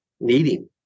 needing